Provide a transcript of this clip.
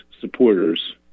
supporters